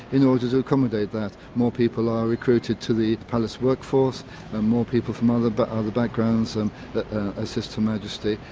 in order to to accommodate that. more people are recruited to the palace work force and more people from other but other backgrounds and assist her majesty.